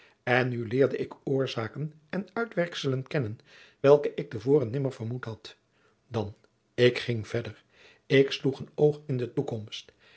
en nu leerde ik oorzaken en uitwerkselen kennen welke ik te voren nimmer vermoed had dan ik ging verder ik sloeg een oog in de toekomst